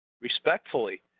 respectfully